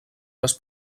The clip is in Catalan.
les